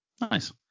Nice